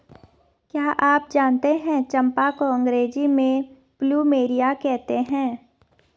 क्या आप जानते है चम्पा को अंग्रेजी में प्लूमेरिया कहते हैं?